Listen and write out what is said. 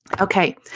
Okay